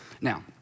Now